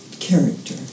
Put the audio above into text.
Character